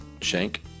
Shank